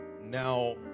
now